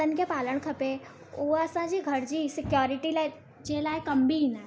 कुतनि खे पालणु खपे उहे असांजी घर जी सिक्योरिटी लाइ जे लाइ कमु बि ईंदा आहिनि